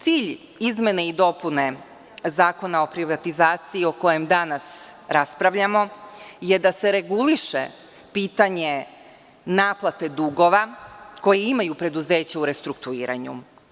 Cilj izmene i dopune Zakona o privatizaciji, o kojem danas raspravljamo, je da se reguliše pitanje naplate dugova koji imaju preduzeća u restrukturiranju.